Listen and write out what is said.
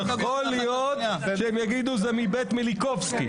יכול להיות שהם יגידו שזה מבית מיליקובסקי.